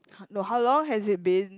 no how long has it been